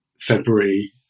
February